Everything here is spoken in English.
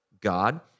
God